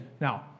Now